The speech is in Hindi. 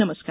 नमस्कार